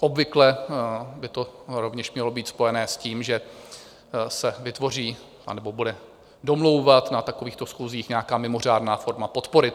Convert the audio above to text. Obvykle by to rovněž mělo být spojené s tím, že se vytvoří, anebo bude domlouvat na takovýchto schůzích nějaká mimořádná forma podpory.